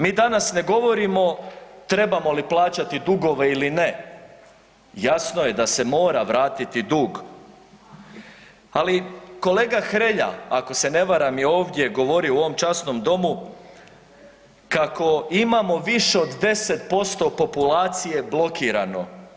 Mi danas ne govorimo trebamo li plaćati dugove ili ne, jasno je da se mora vratiti dug, ali kolega Hrelja ako se ne varam je ovdje govorio u ovom časnom domu kako imamo više od 10% populacije blokirano.